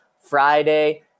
Friday